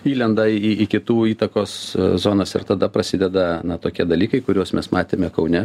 įlenda į į kitų įtakos zonas ir tada prasideda na tokie dalykai kuriuos mes matėme kaune